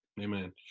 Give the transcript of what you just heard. Amen